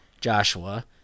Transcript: Joshua